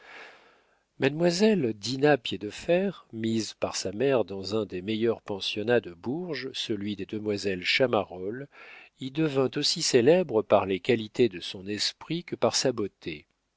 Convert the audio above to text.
mademoiselle dinah piédefer mise par sa mère dans un des meilleurs pensionnats de bourges celui des demoiselles chamarolles y devint aussi célèbre par les qualités de son esprit que par sa beauté